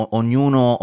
ognuno